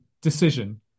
decision